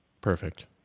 Perfect